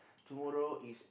tomorrow is